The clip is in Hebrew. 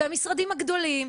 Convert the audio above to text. והמשרדים הגדולים,